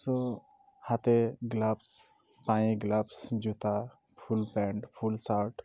so হাতে gloves পায়ে gloves জুতো ফুল প্যান্ট ফুল শার্ট